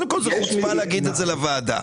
זאת חוצפה להגיד את זה לוועדה.